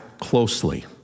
closely